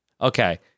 okay